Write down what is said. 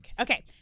okay